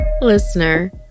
Listener